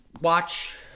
watch